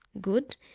good